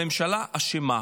הממשלה אשמה.